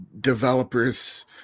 developers